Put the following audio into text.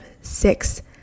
six